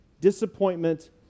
disappointment